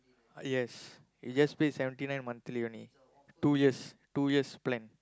yes you just pay seventy nine monthly only two years two years plan